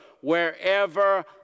wherever